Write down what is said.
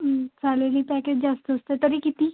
चालेल ही पॅकेज जास्त असते तरी किती